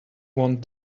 want